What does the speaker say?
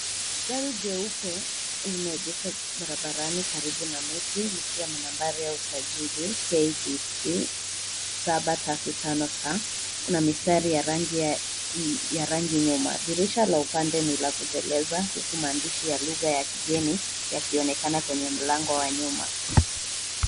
Gari jeupe limeegeshwa barabarani karibu na miti likiwa na nambari ya usajili, KDC 735 S. Kuna mistari ya rangi nyuma. Dirisha la upande ni la kuteleza huku maandishi ya lugha ya kigeni yakionekana kwenye mlango wa nyuma.